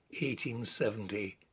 1870